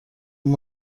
این